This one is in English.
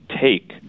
take